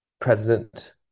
president